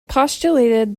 postulated